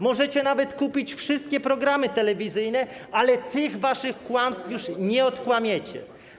Możecie nawet kupić wszystkie programy telewizyjne, ale tych waszych kłamstw już nie odkłamiecie.